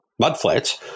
mudflats